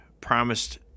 promised